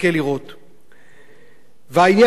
והעניין הזה הוא חרפה,